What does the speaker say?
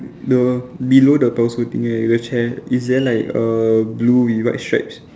the below the parasol thing the chair is there like err blue with white stripes